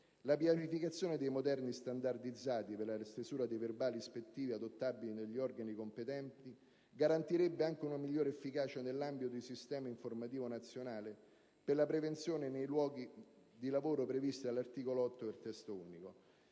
La pianificazione dei modelli standardizzati per la stesura dei verbali ispettivi, adottabili dagli organi competenti, garantirebbe anche una migliore efficacia nell'ambito del Sistema informativo nazionale per la prevenzione nei luoghi di lavoro previsto dall'articolo 8 del Testo unico.